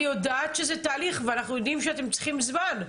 אני יודעת שזה תהליך ואנחנו יודעים שאתם צריכים זמן.